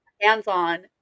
hands-on